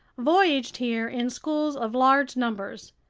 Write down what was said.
voyaged here in schools of large numbers.